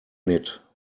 knit